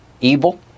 evil